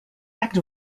act